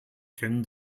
kennen